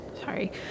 Sorry